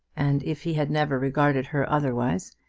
and if he had never regarded her otherwise,